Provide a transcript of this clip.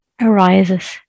arises